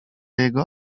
jego